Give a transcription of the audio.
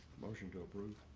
motion to approve.